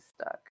stuck